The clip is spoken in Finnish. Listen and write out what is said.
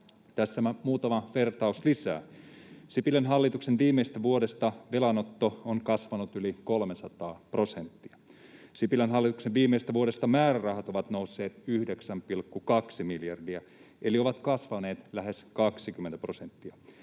Tässä muutama vertaus lisää: Sipilän hallituksen viimeisestä vuodesta velanotto on kasvanut yli 300 prosenttia. Sipilän hallituksen viimeisestä vuodesta määrärahat ovat nousseet 9,2 miljardia eli kasvaneet lähes 20 prosenttia.